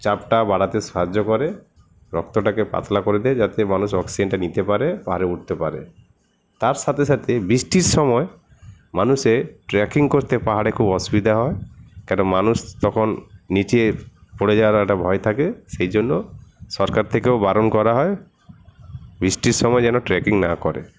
চাপটা বাড়াতে সাহায্য করে রক্তটাকে পাতলা করে দেয় যাতে মানুষ অক্সিজেনটা নিতে পারে পাহাড়ে উঠতে পারে তার সাথে সাথে বৃষ্টির সময় মানুষের ট্রেকিং করতে পাহাড়ে খুব অসুবিধা হয় কেন মানুষ তখন নিচে পড়ে যাওয়ার একটা ভয় থাকে সেই জন্য সরকার থেকেও বারণ করা হয় বৃষ্টির সময় যেন ট্রেকিং না করে